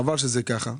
חבל שזה ככה.